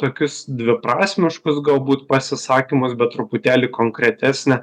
tokius dviprasmiškus galbūt pasisakymus bet truputėlį konkretesnę